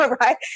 right